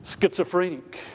schizophrenic